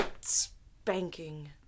spanking